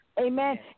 Amen